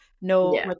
No